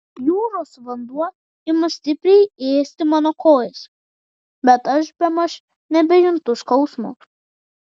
jūros vanduo ima stipriai ėsti mano kojas bet aš bemaž nebejuntu skausmo